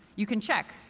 you can check,